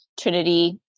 Trinity